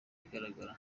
igaragara